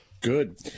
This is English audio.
Good